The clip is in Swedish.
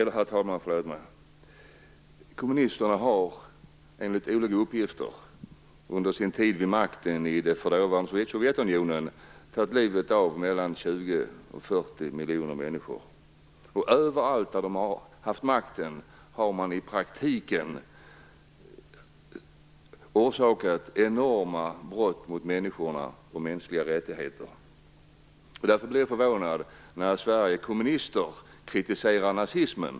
Herr talman! Kommunisterna har enligt olika uppgifter under sin tid vid makten i det forna Sovjetunionen tagit livet av mellan 20 och 40 miljoner människor. Överallt där de haft makten har man i praktiken begått enorma brott mot människor och mänskliga rättigheter. Därför blir jag förvånad när Sveriges kommunister kritiserar nazismen.